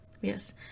Yes